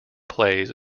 plays